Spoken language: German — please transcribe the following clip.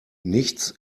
nichts